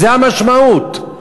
זו המשמעות.